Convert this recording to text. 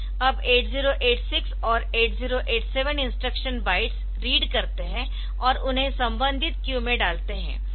अब 8086 और 8087 instruction bytes read करते है और उन्हें संबंधित क्यू में डालते है